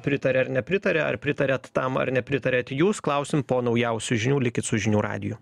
pritaria ar nepritaria ar pritariat tam ar nepritariat jūs klausim po naujausių žinių likit su žinių radiju